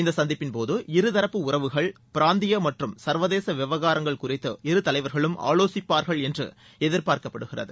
இந்த சந்திப்பின்போது இருதரப்பு உறவுகள் பிராந்திய மற்றும் சர்வதேச விவகாரங்கள் குறித்து இருத்தலைவர்களும் ஆலோசிப்பார்கள் என்று எதிர்பார்க்கப்படுகிறது